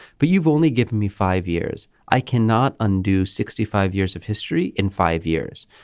but you've only given me five years i cannot undo sixty five years of history in five years.